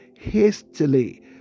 Hastily